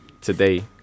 today